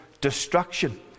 destruction